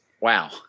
Wow